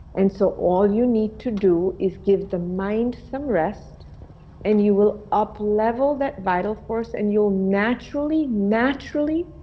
and so all you need to do is give the mind some rest and you will up level that vital force and you'll naturally, naturally,